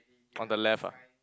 on the left ah